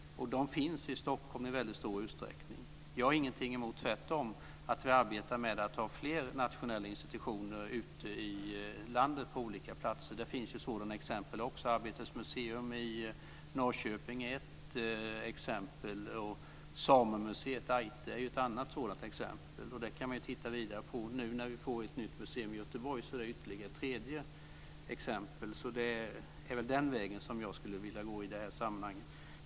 De finns i Stockholm i väldigt stor utsträckning. Jag har inget emot att vi arbetar med att få fler nationella institutioner ute i landet på olika platser - tvärtom. Det finns ju exempel på detta också. Arbetes museum i Norrköping är ett exempel, och samemuseet Ájtte är ett annat. Det kan man titta vidare på. När vi nu får ett nytt museum i Göteborg är det ytterligare ett exempel. Det är den vägen som jag skulle vilja gå i det här sammanhanget.